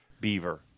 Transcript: beaver